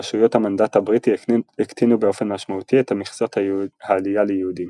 רשויות המנדט הבריטי הקטינו באופן משמעותי את מכסות העלייה ליהודים.